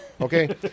okay